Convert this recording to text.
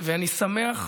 אני שמח,